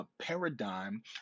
paradigm